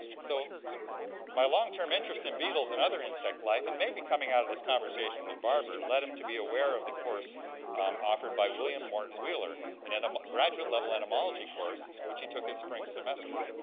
so my long-term interest in beetles and other insect life, and maybe coming out of this conversation with barbour led him to be aware of the course offered by william morton wheeler, a and and um graduate-level entomology course which he took his spring semester.